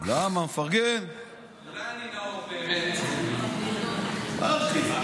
אולי אני באמת נאור?